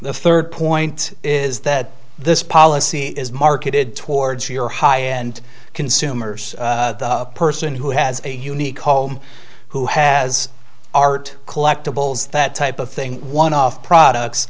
the third point is that this policy is marketed towards your high end consumers a person who has a unique home who has art collectibles that type of thing one off products